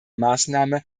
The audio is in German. maßnahme